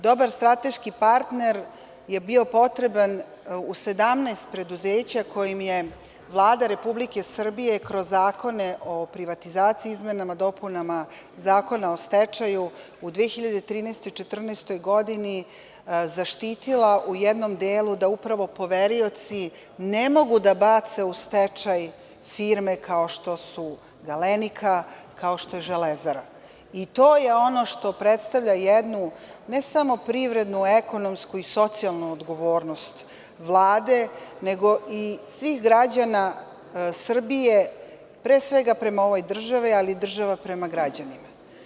Dobar strateški partner je bio potreban u 17 preduzeća kojim je Vlada Republike Srbije kroz zakone o privatizaciji, izmenama i dopunama Zakona o stečaju u 2013. i 2014. godini zaštitila u jednom delu da upravo poverioci ne mogu da bace u stečaj firme kao što su „Galenika“, kao što je „Železara“ i to je ono što predstavlja jednu ne samo privrednu, ekonomsku i socijalnu odgovornost Vlade, nego i svih građana Srbije, pre svega, prema ovoj državi, ali i država prema građanima.